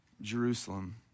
Jerusalem